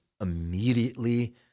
immediately